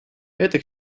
это